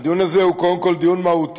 הדיון הזה הוא קודם כול דיון מהותי,